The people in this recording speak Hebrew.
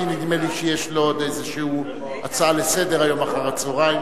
כי נדמה לי שיש לו איזו הצעה לסדר-היום אחר-הצהריים,